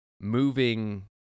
moving